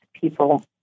people